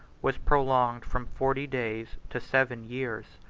was prolonged from forty days to seven years.